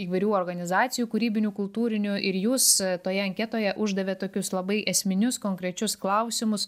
įvairių organizacijų kūrybinių kultūrinių ir jūs toje anketoje uždavėt tokius labai esminius konkrečius klausimus